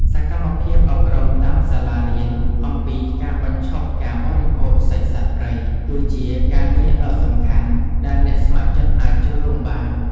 សកម្មភាពអប់រំតាមសាលារៀនអំពីការបញ្ឈប់ការបរិភោគសាច់សត្វព្រៃ គឺជាការងារដ៏សំខាន់ដែលអ្នកស្ម័គ្រចិត្តអាចចូលរួមបាន។